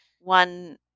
one